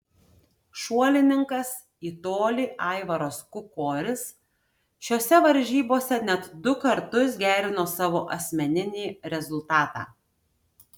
šuolininkas į tolį aivaras kukoris šiose varžybose net du kartus gerino savo asmeninį rezultatą